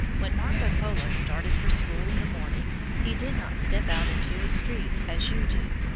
when marco polo started for school in the morning, he did not step out into a street, as you do.